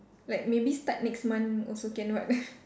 like maybe start next month also can [what]